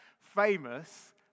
Famous